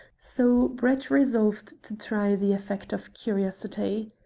so brett resolved to try the effect of curiosity.